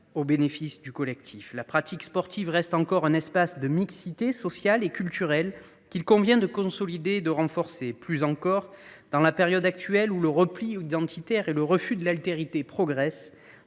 au bénéfice du collectif. La pratique sportive demeure un espace de mixité sociale et culturelle qu’il convient de consolider et de renforcer, d’autant plus dans la période actuelle, où le repli identitaire et le refus de l’altérité progressent